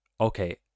Okay